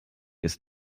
ist